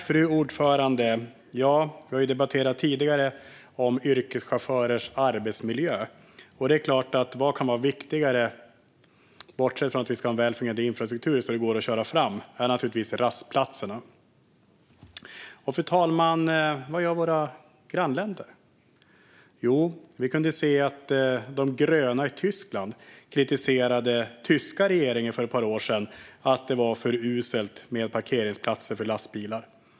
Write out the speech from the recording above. Fru talman! Vi har tidigare debatterat yrkeschaufförers arbetsmiljö. Vad kan vara viktigare för yrkeschaufförerna, bortsett från att vi ska ha en väl fungerande infrastruktur så att det går att köra? Det är naturligtvis rastplatserna. Fru talman! Vad gör våra grannländer? Vi kunde se att de gröna i Tyskland kritiserade den tyska regeringen för ett par år sedan för att det var för uselt med parkeringsplatser för lastbilar.